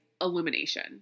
illumination